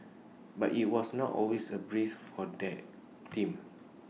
but IT was not always A breeze for their team